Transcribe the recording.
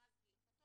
המכרז כהלכתו,